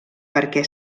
perquè